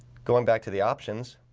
going back to the options.